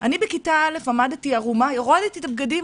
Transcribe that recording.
אני בכיתה א' עמדתי ערומה, הורדתי את הבגדים